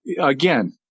again